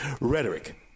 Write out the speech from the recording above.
rhetoric